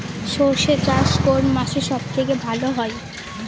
সর্ষে চাষ কোন মাসে সব থেকে ভালো হয়?